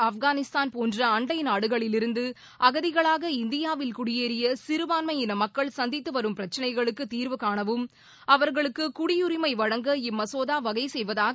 ஆப்கானிஸ்தான் போன்ற அண்டை நாடுகளில் இருந்து அகதிகளாக இந்தியாவில் குடியேறிய சிறுபான்மையின மக்கள் சந்தித்து வரும் பிரச்சளைகளுக்கு தீர்வு காணவும் அவர்களுக்கு குடியுரிமை வழங்க இம்மசோதா வகை செய்வதாக அவர் தெரிவித்துள்ளார்